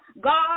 God